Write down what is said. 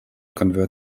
convert